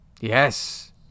Yes